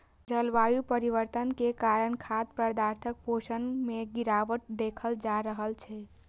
जलवायु परिवर्तन के कारण खाद्य पदार्थक पोषण मे गिरावट देखल जा रहल छै